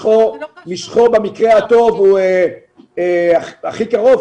משכו במקרה הטוב הכי קרוב,